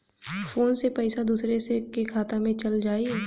Phone से पईसा दूसरे के खाता में चल जाई?